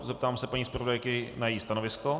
Zeptám se paní zpravodajky na její stanovisko.